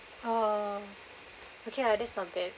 oh okay lah that's not bad